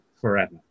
forever